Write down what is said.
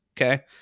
okay